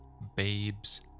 babe's